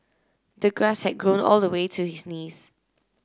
the grass had grown all the way to his knees